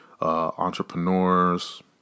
entrepreneurs